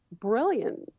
brilliant